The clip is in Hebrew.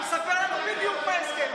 הוא יספר לנו בדיוק מה ההסכם.